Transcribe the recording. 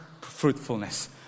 fruitfulness